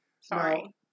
Sorry